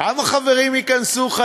כמה חברים חדשים ייכנסו?